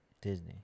Disney